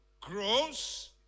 grows